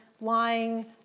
lying